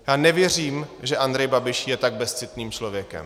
Já nevěřím, že Andrej Babiš je tak bezcitným člověkem.